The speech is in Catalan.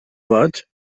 boig